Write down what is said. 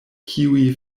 kiuj